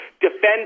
defend